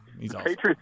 Patriots